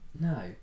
No